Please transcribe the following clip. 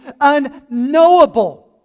unknowable